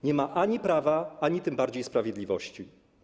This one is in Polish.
Nie ma ani prawa, ani tym bardziej sprawiedliwości.